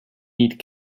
need